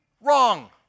wrong